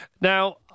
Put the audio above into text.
Now